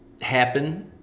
happen